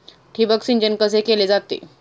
ठिबक सिंचन कसे केले जाते?